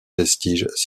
vestiges